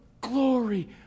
glory